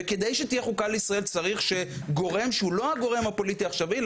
וכשתהיה חוקה לישראל צריך שגורם שהוא לא הגורם הפוליטי העכשווי,